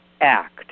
act